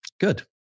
Good